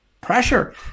pressure